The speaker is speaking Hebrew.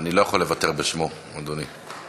אני לא יכול לוותר בשמו, אדוני.